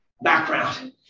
background